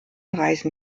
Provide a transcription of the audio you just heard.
reisen